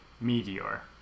Meteor